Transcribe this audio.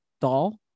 doll